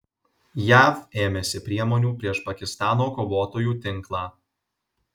jav ėmėsi priemonių prieš pakistano kovotojų tinklą